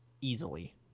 easily